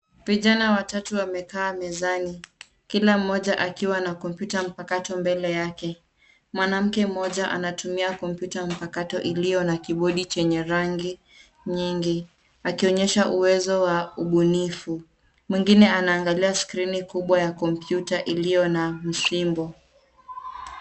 Vijana watatu wamekaa mezani, kila mmoja akiwa na kompyuta mpakato mbele yake, mwanamke mmoja anatumia kompyuta mpakato ilio na kibodi chenye rangi nyingi akionyesha uwezo wa ubunifu, mwingine ana angalia skrini kubwa ya kompyuta ilio na msimbo.